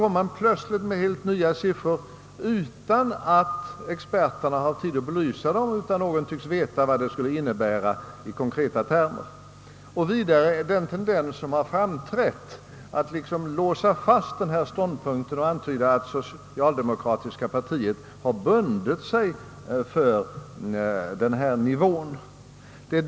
Man lägger fram helt nya siffror utan att experterna fått tid att belysa dem, utan att någon tycks veta vad de skulle innebära i konkreta termer. Vad som vidare är överraskande är tendensen att låsa fast denna ståndpunkt och antyda att det socialdemokratiska partiet nu bundit sig för denna nivå.